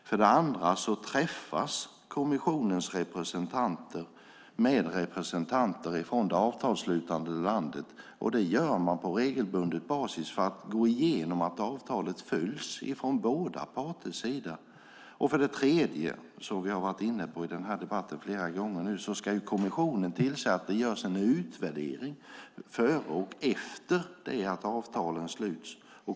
För det andra träffas kommissionens representanter med representanter från det avtalsslutande landet. Detta gör man på regelbunden basis för att gå igenom att avtalet följs från båda parters sida. För det tredje, vilket vi har varit inne på i denna debatt flera gånger, ska kommissionen tillse att det görs en utvärdering före och efter det att avtalen sluts.